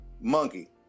Monkey